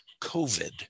COVID